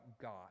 God